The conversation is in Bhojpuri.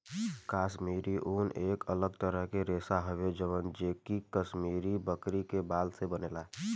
काश्मीरी ऊन एक अलग तरह के रेशा हवे जवन जे कि काश्मीरी बकरी के बाल से बनेला